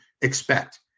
expect